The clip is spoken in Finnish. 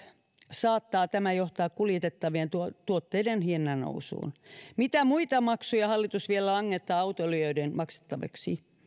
saattaa tämä johtaa kuljetettavien tuotteiden hinnan nousuun mitä muita maksuja hallitus vielä langettaa autoilijoiden maksettavaksi